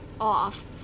off